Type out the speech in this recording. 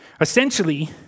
Essentially